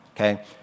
okay